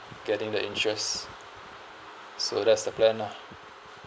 getting the interest so that's the plan lah